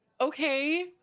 okay